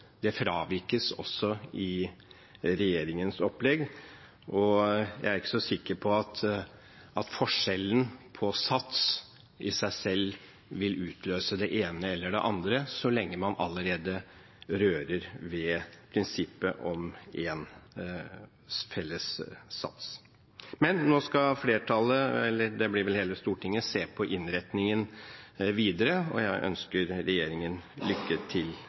skattesats fravikes også i regjeringens opplegg, og jeg er ikke så sikker på at forskjellen på sats i seg selv vil utløse det ene eller det andre, så lenge man allerede rører ved prinsippet om én felles sats. Men nå skal flertallet – eller det blir vel hele Stortinget – se på innretningen videre. Jeg ønsker regjeringen lykke til